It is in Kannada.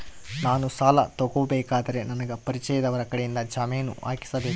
ನಾನು ಸಾಲ ತಗೋಬೇಕಾದರೆ ನನಗ ಪರಿಚಯದವರ ಕಡೆಯಿಂದ ಜಾಮೇನು ಹಾಕಿಸಬೇಕಾ?